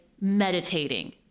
meditating